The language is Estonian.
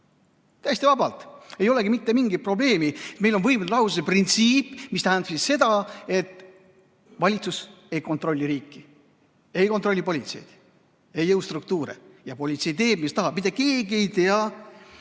täiesti vabalt, ei olegi mitte mingit probleemi. Meil on võimude lahususe printsiip, mis tähendab seda, et valitsus ei kontrolli riiki, ei kontrolli politseid ega jõustruktuure ja politsei teeb, mis tahab. Mitte keegi ei tea,